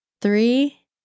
Three